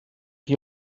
qui